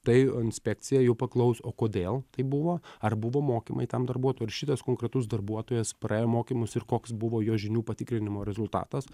tai o inspekcija jau paklaus o kodėl taip buvo ar buvo mokymai tam darbuotojui ar šitas konkretus darbuotojas praėjo mokymus ir koks buvo jo žinių patikrinimo rezultatas